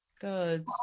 good